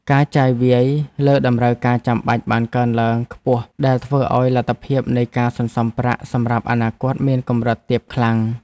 ការចាយវាយលើតម្រូវការចាំបាច់បានកើនឡើងខ្ពស់ដែលធ្វើឱ្យលទ្ធភាពនៃការសន្សំប្រាក់សម្រាប់អនាគតមានកម្រិតទាបខ្លាំង។